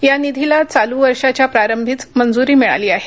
या निधीला चालू वर्षाच्या प्रारंभीच मंजुरी मिळाली आहे